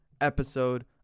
episode